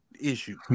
issue